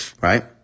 right